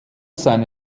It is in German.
seine